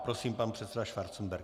Prosím, pan předseda Schwarzenberg.